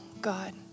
God